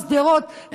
שדרות,